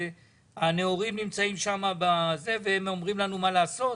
הנאורים נמצאים שם והם אומרים לנו מה לעשות?